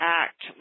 act